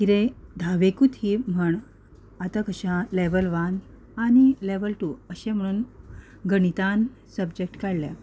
कितेंय धावेकूच हें म्हूण आतां कशें आसा लेवल वन आनी लेवल टू म्हणून गणितान सबजेक्ट काडल्या